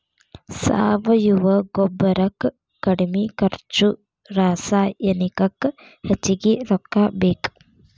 ಸಾವಯುವ ಗೊಬ್ಬರಕ್ಕ ಕಡಮಿ ಖರ್ಚು ರಸಾಯನಿಕಕ್ಕ ಹೆಚಗಿ ರೊಕ್ಕಾ ಬೇಕ